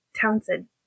Townsend